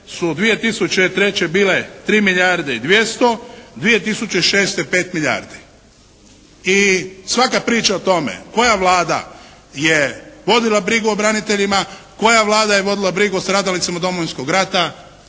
su 2003. bile 3 mlijarde i 200, 2006. 5 milijardi. I svaka priča o tome koja Vlada je vodila brigu o braniteljima, koja Vlada je vodila brigu o stradalnicima Domovinskog rata